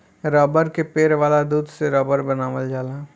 रबड़ के पेड़ वाला दूध से रबड़ बनावल जाला